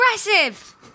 aggressive